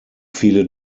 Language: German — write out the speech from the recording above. viele